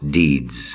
deeds